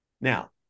Now